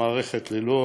ללא